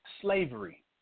slavery